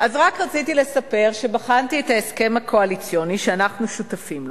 רק רציתי לספר שבחנתי את ההסכם הקואליציוני שאנחנו שותפים לו,